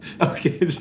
Okay